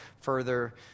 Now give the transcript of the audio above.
further